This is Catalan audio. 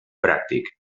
pràctic